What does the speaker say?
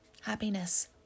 Happiness